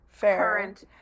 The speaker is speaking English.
current